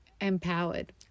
empowered